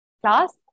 class